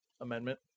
Amendment